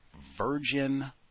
Virgin